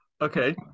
Okay